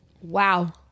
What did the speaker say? Wow